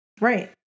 Right